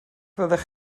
fyddech